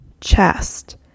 chest